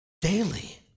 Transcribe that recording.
daily